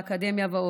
באקדמיה ועוד.